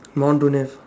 my one don't have